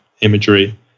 imagery